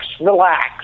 Relax